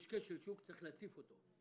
כאשר יש כשל שוק, צריך להציף אותו.